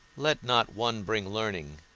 let not one bring learning,